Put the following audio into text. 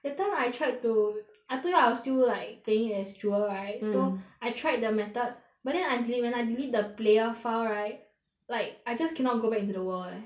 that time I tried to I told you I was still like playing as jewel right mm so I tried the method but then I when I delete the player file right like I just cannot go back into the world eh